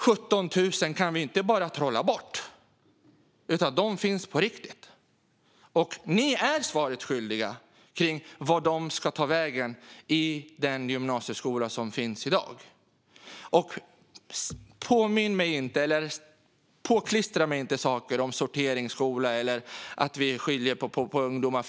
Vi kan inte bara trolla bort de 17 000, utan de finns på riktigt. Ni är svaret skyldiga om vart de ska ta vägen i den gymnasieskola som finns i dag. Påklistra mig inte saker om sorteringsskola eller att vi skiljer på ungdomar!